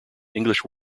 english